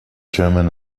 german